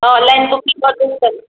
ହଁ online booking କରିଦେଉଛି ତା'ହେଲେ